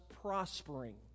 prospering